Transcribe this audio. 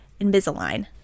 Invisalign